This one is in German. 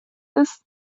ist